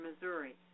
Missouri